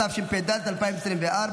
התשפ"ד 2024,